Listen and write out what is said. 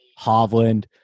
Hovland